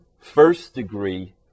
first-degree